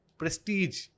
prestige